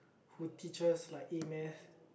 who teach us like E-maths